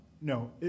No